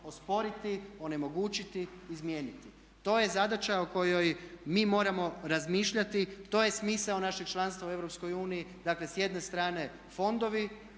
osporiti, onemogućiti, izmijeniti. To je zadaća o kojoj mi moramo razmišljati, to je smisao našeg članstva u Europskoj uniji, dakle s jedne strane fondovi,